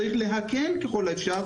צריך להקל ככל האפשר,